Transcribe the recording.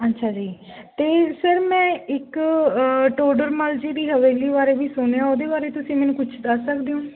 ਅੱਛਾ ਜੀ ਅਤੇ ਸਰ ਮੈਂ ਇੱਕ ਟੋਡਰ ਮੱਲ ਜੀ ਦੀ ਹਵੇਲੀ ਬਾਰੇ ਵੀ ਸੁਣਿਆ ਉਹਦੇ ਬਾਰੇ ਤੁਸੀਂ ਮੈਨੂੰ ਕੁਛ ਦੱਸ ਸਕਦੇ ਹੋ